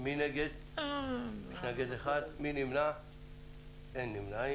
אבל אומרים שאחד-עשר משרדי ממשלה לפני הממשלה